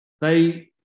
They